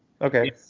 Okay